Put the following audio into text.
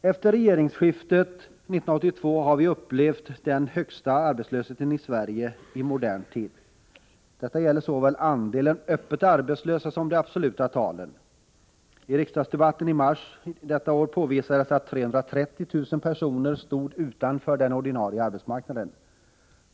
"få Efter regeringsskiftet 1982 har vi upplevt den högsta arbetslösheten i Sverige i modern tid. Detta gäller såväl andelen öppet arbetslösa som de absoluta talen. I riksdagsdebatten i mars detta år påvisades att 330 000 personer stod utanför den ordinarie arbetsmarknaden.